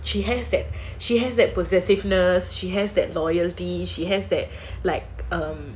she has that she has that possessiveness she has that loyalty she has that like um